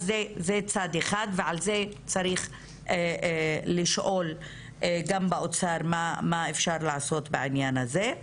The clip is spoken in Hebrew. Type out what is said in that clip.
אז זה צד אחד ועל זה צריך לשאול גם באוצר מה אפשר לעשות בעניין הזה,